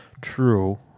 True